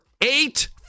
eight